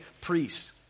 priests